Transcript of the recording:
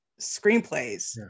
screenplays